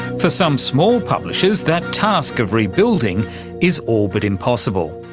for some small publishers that task of rebuilding is all but impossible.